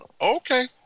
Okay